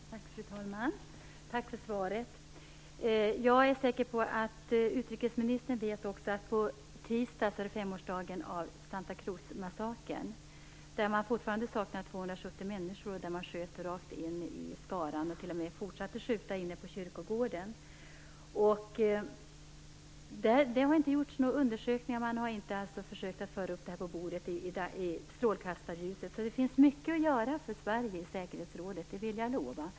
Fru talman! Tack för svaret. Jag är säker på att utrikesministern också vet att det på tisdag är femårsdagen av Santa Cruz-massakern. Det saknas fortfarande 270 människor. Man sköt rakt in i skaran och fortsatte t.o.m. att skjuta inne på kyrkogården. Det har inte gjorts några undersökningar. Man har inte försökt att föra upp det här på bordet, i strålkastarljuset. Det finns mycket att göra för Sverige i säkerhetsrådet, det vill jag lova.